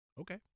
okay